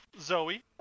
Zoe